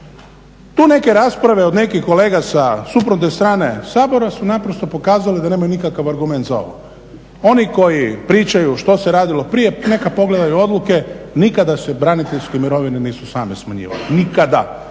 Tu neke rasprave od nekih kolega sa suprotne strane Sabora su naprosto pokazali da nemaju nikakav argument za ovo. Oni koji pričaju što se radilo prije neka pogledaju odluke, nikada se braniteljske mirovine nisu same smanjivale, nikada.